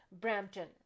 Brampton